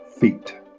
feet